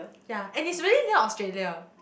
ya and it's really near Australia